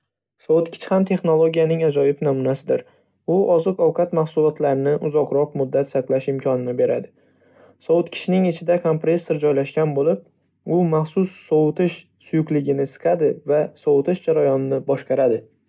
Sovutgich ham texnologiyaning ajoyib namunasidir, u oziq-ovqat mahsulotlarini uzoqroq muddat saqlash imkonini beradi. Sovutgichning ichida kompressor joylashgan bo‘lib, u maxsus sovutish suyuqligini siqadi va sovitish jarayonini boshqaradi.